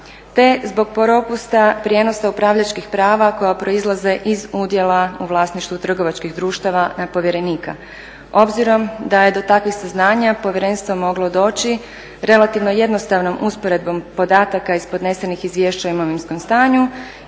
te zbog propusta prijenosa upravljačkih prava koja proizlaze iz udjela u vlasništvu trgovačkih društava na povjerenika, obzirom da je do takvih saznanja povjerenstvo moglo doći relativno jednostavnom usporedbom podataka iz podnesenih izvješća o imovinskom stanju